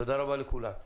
תודה רבה לכולם.